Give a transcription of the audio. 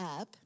up